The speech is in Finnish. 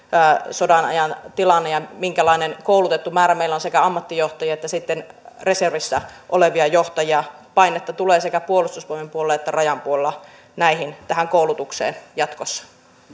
sodanajan tilanne ja minkälainen koulutettu määrä meillä on sekä ammattijohtajia että sitten reservissä olevia johtajia painetta tulee sekä puolustusvoimien puolella että rajan puolella tähän koulutukseen jatkossa